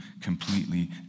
completely